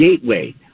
gateway